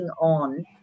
on